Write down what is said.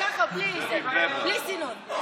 ככה, בלי סינון.